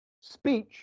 Speech